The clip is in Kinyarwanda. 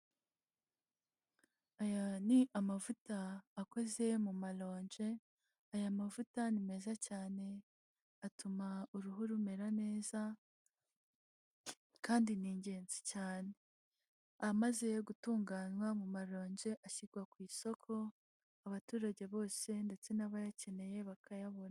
Aya ni amavuta akoze mu maronje, aya mavuta ni meza cyane atuma uruhu rumera neza kandi ni ingenzi cyane. Amaze gutunganywa mu maronje ashyirwa ku isoko, abaturage bose ndetse n'abayakeneye bakayabona.